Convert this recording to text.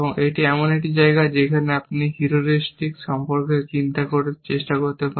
এটি এমন একটি জায়গা যেখানে আপনি হিউরিস্টিকস সম্পর্কে চিন্তা করার চেষ্টা করতে পারেন